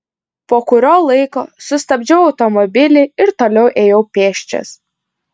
po kurio laiko sustabdžiau automobilį ir toliau ėjau pėsčias